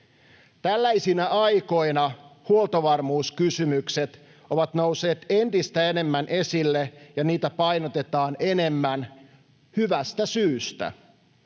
Tällaisina aikoina huoltovarmuuskysymykset ovat nousseet entistä enemmän esille ja niitä painotetaan enemmän — hyvästä syystä.